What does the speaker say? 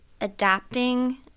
adapting